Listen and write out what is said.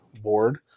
board